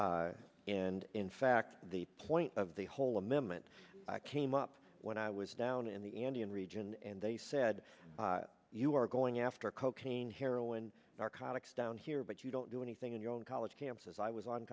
gh and in fact the point of the whole amendment came up when i was down in the andean region and they said you were going after cocaine heroin narcotics down here but you don't do anything in your own college campus as i was on